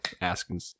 asking